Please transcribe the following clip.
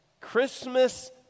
Christmas